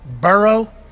Burrow